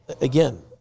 again